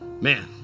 man